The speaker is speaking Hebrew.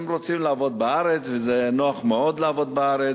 הם רוצים לעבוד בארץ, וזה נוח מאוד לעבוד בארץ.